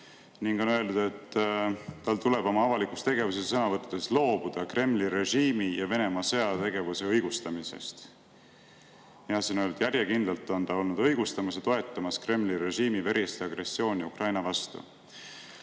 on öeldud, et tal tuleb oma avalikus tegevuses ja sõnavõttudes loobuda Kremli režiimi ja Venemaa sõjategevuse õigustamisest. Siin on öeldud, et ta on järjekindlalt olnud õigustamas ja toetamas Kremli režiimi verist agressiooni Ukraina vastu.